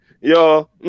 Yo